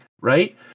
right